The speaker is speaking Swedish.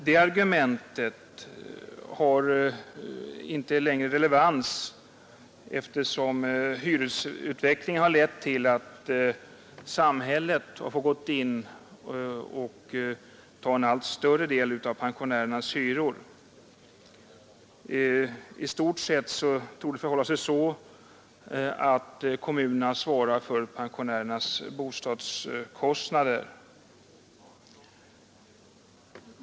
Det argumentet har inte längre relevans eftersom hyresutvecklingen lett till att samhället har fått ta på sig allt större del av pensionärernas hyror. I stort sett torde det förhålla sig så att kommunerna svarar för pensionärernas bostadskostnader.